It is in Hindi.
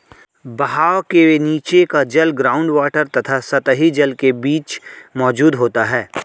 बहाव के नीचे का जल ग्राउंड वॉटर तथा सतही जल के बीच मौजूद होता है